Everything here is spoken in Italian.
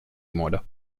moda